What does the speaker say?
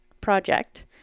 project